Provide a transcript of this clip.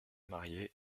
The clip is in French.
marié